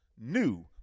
new